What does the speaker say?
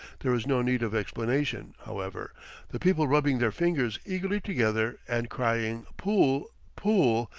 there is no need of explanation, however the people rubbing their fingers eagerly together and crying, pool, pool,